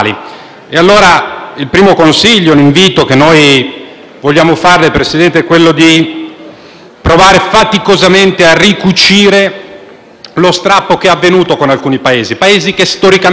provare faticosamente a ricucire lo strappo che è avvenuto con alcuni Paesi storicamente alleati con noi nelle sfide principali. Se ci sarà un fuori sacco sul Venezuela o si parlerà di Russia,